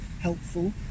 helpful